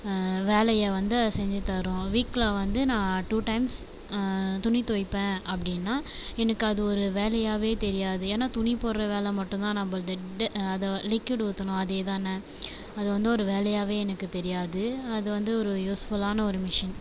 வேலையை வந்து அது செஞ்சு தரும் வீக்கில் வந்து நான் டூ டைம்ஸ் துணி துவைப்பேன் அப்படின்னா எனக்கு அது ஒரு வேலையாகவே தெரியாது ஏன்னால் துணி போடுற வேலை மட்டும்தான் நம்மளுது அதை லிக்விட் ஊற்றணும் அதேதானே அது வந்து ஒரு வேலையாகவே எனக்கு தெரியாது அது வந்து ஒரு யூஸ்ஃபுல்லான ஒரு மிஷின்